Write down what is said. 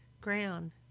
ground